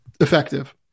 effective